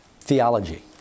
theology